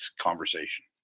conversation